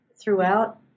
throughout